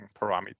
parameter